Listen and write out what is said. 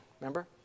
remember